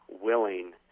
willing